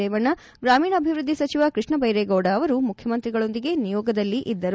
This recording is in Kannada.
ರೇವಣ್ಣ ಗ್ರಾಮೀಣಾಭಿ ವೃದ್ಧಿ ಸಚಿವ ಕೃಷ್ಣ ಬೈರೇಗೌಡ ಅವರು ಮುಖ್ಯಮಂತ್ರಿ ಗಳೊಂದಿಗೆ ನಿಯೋಗದಲ್ಲಿ ಇದ್ದರು